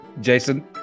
Jason